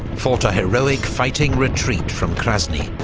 fought a heroic fighting retreat from krasny,